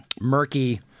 murky